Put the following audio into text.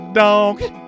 donkey